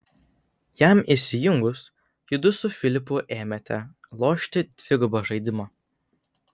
jam įsijungus judu su filipu ėmėte lošti dvigubą žaidimą